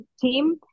team